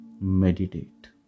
Meditate